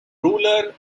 ruler